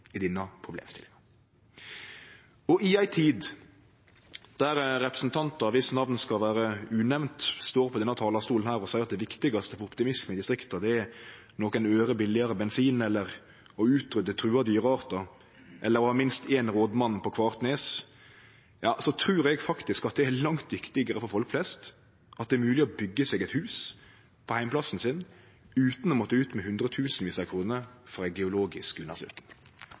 i denne problemstillinga. I ei tid der representantar viss namn skal vere unemnde, står på denne talarstolen og seier at det viktigaste for optimisme i distrikta er nokre øre billegare bensin, eller å utrydde truga dyreartar, eller å ha minst ein rådmann på kvart nes, ja, så trur eg faktisk at det er langt viktigare for folk flest at det er mogleg å byggje seg eit hus på heimplassen sin utan å måtte ut med hundretusenvis av kroner for ei geologisk undersøking.